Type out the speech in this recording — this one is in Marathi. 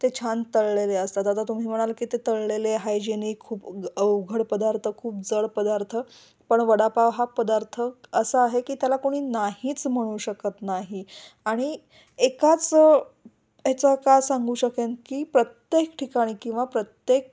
ते छान तळलेले असतात आता तुम्ही म्हणाल की ते तळलेले हायजेनिक खूप अवघड पदार्थ खूप जड पदार्थ पण वडापाव हा पदार्थ असा आहे की त्याला कोणी नाहीच म्हणू शकत नाही आणि एकाच याचा का सांगू शकेन की प्रत्येक ठिकाणी किंवा प्रत्येक